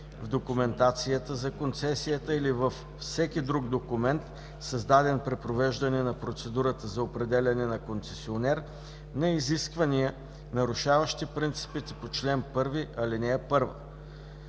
в документацията за концесията или във всеки друг документ, създаден при провеждане на процедурата за определяне на концесионер, на изисквания, нарушаващи принципите по чл. 4, ал. 1. (3) На